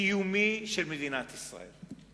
קיומי של מדינת ישראל.